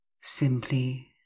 simply